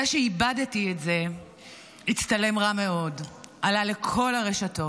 זה שאיבדתי את זה הצטלם רע מאוד, עלה לכל הרשתות,